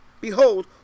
behold